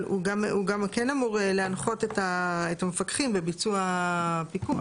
אבל הוא גם כן אמור להנחות את המפקחים בביצוע הפיקוח.